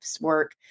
work